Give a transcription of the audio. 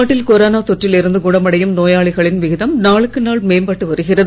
நாட்டில் கொரோனா தொற்றில் இருந்து குணமடையும் நோயாளிகளின் விகிதம் நாளுக்கு நாள் மேம்பட்டு வருகிறது